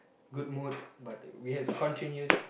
good mood but we have to continue